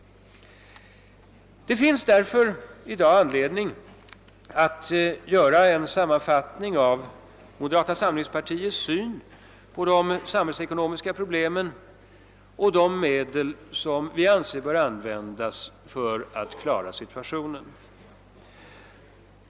Det finns därför i dag anledning att göra en sammanfattning av moderata samlingspartiets syn på de samhällsekonomiska problemen och de medel som bör användas för att komma till rätta med situationen.